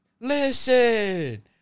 Listen